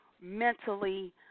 mentally